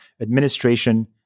Administration